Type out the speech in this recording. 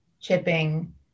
chipping